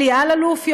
אלי אלאלוף,